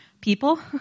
people